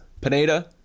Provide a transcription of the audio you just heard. Pineda